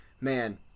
Man